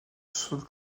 seule